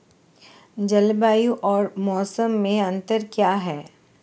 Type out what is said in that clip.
जलवायु और मौसम में अंतर क्या है?